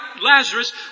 Lazarus